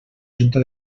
junta